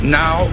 now